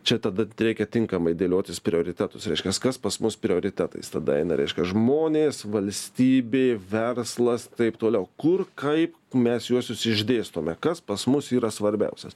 čia tada reikia tinkamai dėliotis prioritetus reiškias kas pas mus prioritetais tada eina reiškia žmonės valstybė verslas taip toliau kur kaip mes juosius išdėstome kas pas mus yra svarbiausias